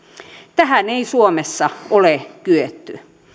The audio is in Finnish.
tähän ei suomessa ole kyetty